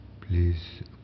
Please